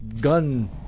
gun